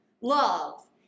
love